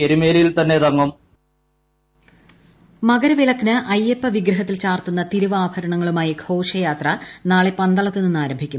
തിരുവാഭരണ ഘോഷയാത്ര മകരവിളക്കിന് അയ്യപ്പ വിഗ്രഹത്തിൽ ചാർത്തുന്ന തിരുവാഭരണങ്ങളുമായി ഘോഷയാത്ര നാളെ പന്തളത്ത് നിന്ന് ആരംഭിക്കും